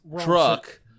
truck